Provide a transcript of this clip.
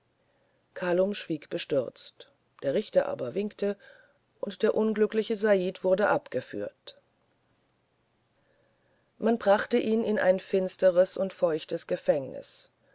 kalum schwieg bestürzt der richter aber winkte und der unglückliche said wurde abgeführt man brachte ihn in ein finsteres und feuchtes gefängnis